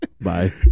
Bye